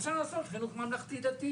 אפשר לעשות חינוך ממלכתי-דתי,